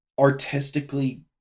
artistically